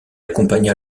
accompagna